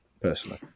personally